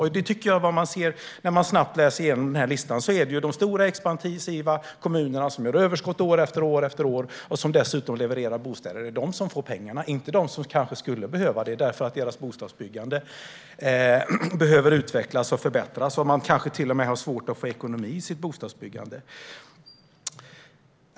Vad jag tycker att man ser när man snabbt läser igenom den här listan är att det är de stora, expansiva kommunerna som gör överskott år efter år och som dessutom levererar bostäder som får pengarna, inte de som kanske skulle behöva dem därför att deras bostadsbyggande behöver utvecklas och förbättras och där man kanske till och med har svårt att få ekonomi i sitt bostadsbyggande.